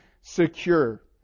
secure